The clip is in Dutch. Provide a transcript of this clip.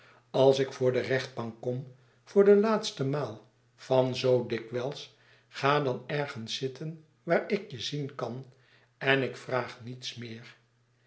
als ik voor de rechtbank kom voor de laatste maal van zoo dikwijls ga dan ergens zitten waar ik je zien kan en ik vraag niets meer